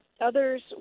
others